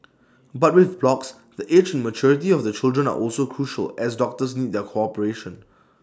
but with blocks the age and maturity of the children are also crucial as doctors need their cooperation